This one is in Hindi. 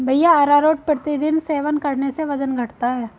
भैया अरारोट प्रतिदिन सेवन करने से वजन घटता है